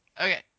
Okay